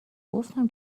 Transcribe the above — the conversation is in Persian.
گفتم